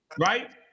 right